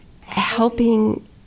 helping